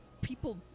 people